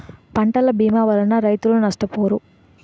పంటల భీమా వలన రైతులు నష్టపోరు